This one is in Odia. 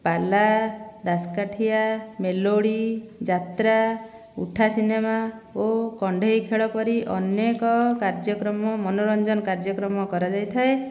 ପାଲା ଦାସକାଠିଆ ମେଲୋଡ଼ି ଯାତ୍ରା ଉଠା ସିନେମା ଓ କଣ୍ଢେଇ ଖେଳ ପରି ଅନେକ କାର୍ଯ୍ୟକ୍ରମ ମନୋରଞ୍ଜନ କାର୍ଯ୍ୟକ୍ରମ କରାଯାଇଥାଏ